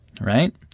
right